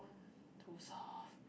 too soft